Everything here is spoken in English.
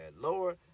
lord